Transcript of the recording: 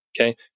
Okay